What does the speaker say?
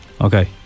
Okay